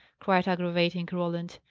cried aggravating roland.